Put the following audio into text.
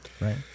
right